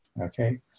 Okay